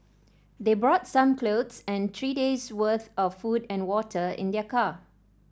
they brought some clothes and three day's worth of food and water in their car